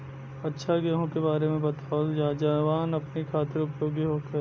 अच्छा गेहूँ के बारे में बतावल जाजवन हमनी ख़ातिर उपयोगी होखे?